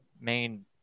main